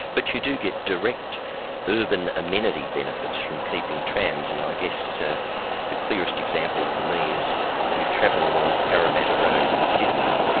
but you do get direct urban amenity benefits from keeping trams, and i guess ah the clearest example for me is you travel along parramatta road in sydney,